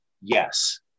Yes